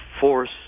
force